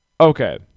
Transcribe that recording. Okay